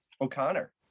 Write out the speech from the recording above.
O'Connor